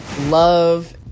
love